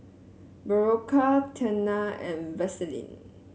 Berocca Tena and Vaselin